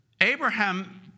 Abraham